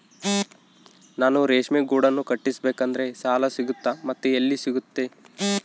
ನಾನು ರೇಷ್ಮೆ ಗೂಡನ್ನು ಕಟ್ಟಿಸ್ಬೇಕಂದ್ರೆ ಸಾಲ ಸಿಗುತ್ತಾ ಮತ್ತೆ ಎಲ್ಲಿ ಸಿಗುತ್ತೆ?